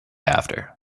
after